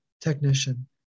technician